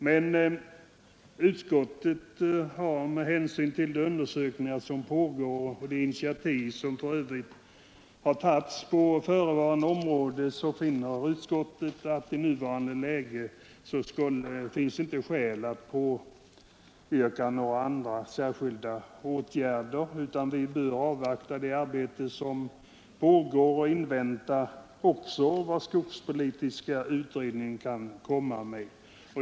Men utskottet finner med hänsyn till de utredningar som pågår och de initiativ som i övrigt har tagits på förevarande område att det i nuvarande läge inte finns skäl att påyrka några andra särskilda åtgärder. Vi bör i stället avvakta resultatet av det arbete som pågår och också se vad skogspolitiska utredningen kan komma med.